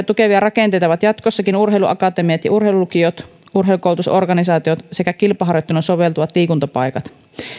tukevia rakenteita ovat jatkossakin urheiluakatemiat ja urheilulukiot urheilukoulutusorganisaatiot sekä kilpaharjoitteluun soveltuvat liikuntapaikat